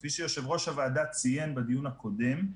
כפי שיושב-ראש הוועדה ציין בדיון הקודם,